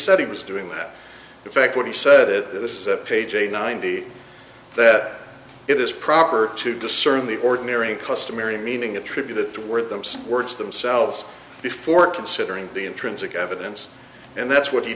said he was doing that effect what he said this is a page a ninety that it is proper to discern the ordinary customary meaning attributed to word them some words themselves before considering the intrinsic evidence and that's what he